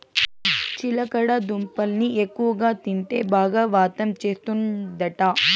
చిలకడ దుంపల్ని ఎక్కువగా తింటే బాగా వాతం చేస్తందట